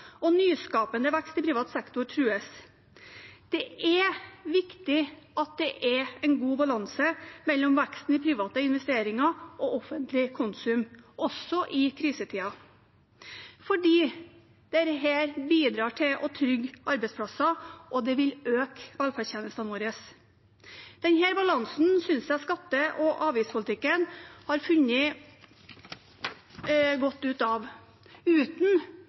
og nyskapende vekst i privat sektor trues. Det er viktig at det er en god balanse mellom veksten i private investeringer og offentlig konsum, også i krisetider. Det bidrar til å trygge arbeidsplasser, og det vil styrke velferdstjenestene våre. Denne balansen synes jeg skatte- og avgiftspolitikken har funnet godt ut av, uten